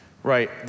Right